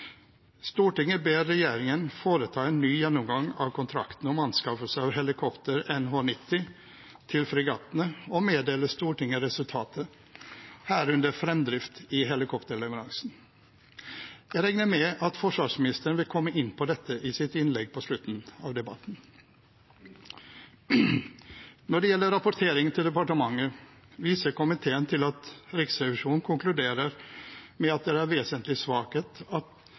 ber regjeringen foreta en ny gjennomgang av kontrakten om anskaffelse av helikopter NH90 til fregattene og meddele Stortinget resultatet, herunder forventet fremdrift i helikopterleveransen.» Jeg regner med at forsvarsministeren vil komme inn på dette i sitt innlegg på slutten av debatten. Når det gjelder rapportering til departementet, viser komiteen til at Riksrevisjonen konkluderer med at det er en vesentlig svakhet at